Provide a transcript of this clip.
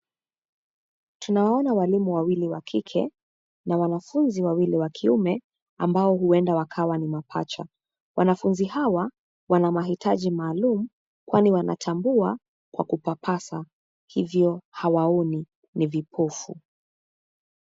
Tunawaona walimu wawili wa kike, na wanafunzi wawili wa kiume, ambao huenda wakawa ni mapacha, wanafunzi hawa, wana mahitaji maalum, kwani wanatambua, kwa kupapasa, hivyo hawaoni, ni vipofu.